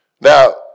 Now